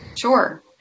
Sure